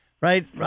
right